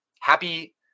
happy